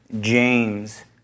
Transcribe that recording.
James